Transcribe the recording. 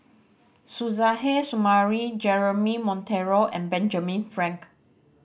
Suzairhe Sumari Jeremy Monteiro and Benjamin Frank